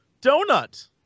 donut